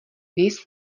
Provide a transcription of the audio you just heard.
viz